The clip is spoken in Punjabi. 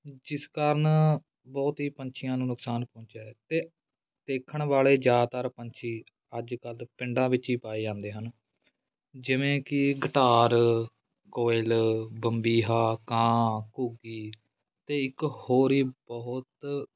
ਜਿਸ ਕਾਰਨ ਬਹੁਤ ਹੀ ਪੰਛੀਆਂ ਨੂੰ ਨੁਕਸਾਨ ਪਹੁੰਚਿਆ ਏ ਅਤੇ ਦੇਖਣ ਵਾਲੇ ਜ਼ਿਆਦਾਤਰ ਪੰਛੀ ਅੱਜ ਕੱਲ੍ਹ ਪਿੰਡਾਂ ਵਿੱਚ ਹੀ ਪਾਏ ਜਾਂਦੇ ਹਨ ਜਿਵੇਂ ਕਿ ਗਟਾਰ ਕੋਇਲ ਬੰਬੀਹਾ ਕਾਂ ਘੁੱਗੀ ਅਤੇ ਇੱਕ ਹੋਰ ਹੀ ਬਹੁਤ